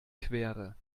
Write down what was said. quere